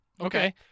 Okay